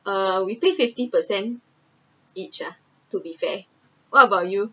uh we paid fifty percent each ah to be fair what about you